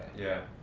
yeah,